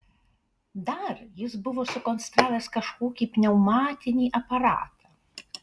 dar jis buvo sukonstravęs kažkokį pneumatinį aparatą